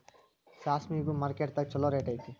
ಸಾಸ್ಮಿಗು ಮಾರ್ಕೆಟ್ ದಾಗ ಚುಲೋ ರೆಟ್ ಐತಿ